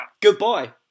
Goodbye